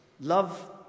love